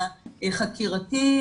החקירתי,